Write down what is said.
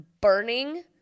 burning